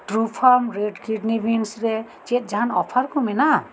Truefarm red kidney beans ᱨᱮ ᱪᱮᱫ ᱡᱟᱦᱟᱱ ᱚᱯᱷᱟᱨ ᱠᱚ ᱢᱮᱱᱟᱜᱼᱟ